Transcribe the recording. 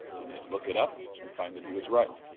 and they'd look it up and find that he was right,